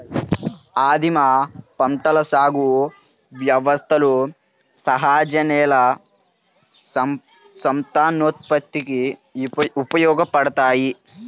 ఆదిమ పంటల సాగు వ్యవస్థలు సహజ నేల సంతానోత్పత్తికి ఉపయోగపడతాయి